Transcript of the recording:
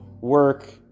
work